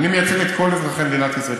אני מייצג את כל אזרחי מדינת ישראל,